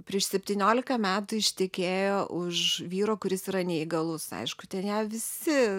prieš septyniolika metų ištekėjo už vyro kuris yra neįgalus aišku ten ją visi